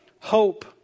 hope